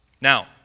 Now